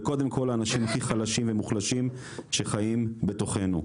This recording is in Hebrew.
וקודם כל לאנשים הכי חלשים ומוחלשים שחיים בתוכנו.